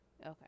okay